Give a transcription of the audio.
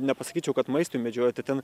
nepasakyčiau kad maistui medžioja tai ten